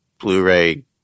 Blu-ray